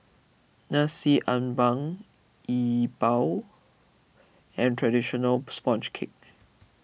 Nasi Ambeng Yi Bua and Traditional Sponge Cake